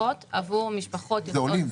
תוספות עבור משפחות יוצאות --- זה עולים,